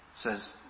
says